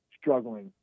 struggling